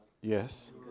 Yes